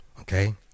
Okay